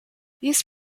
these